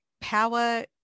power